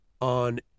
on